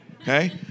Okay